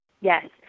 Yes